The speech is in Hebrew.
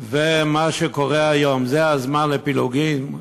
ומה שקורה היום, זה הזמן לפילוגים?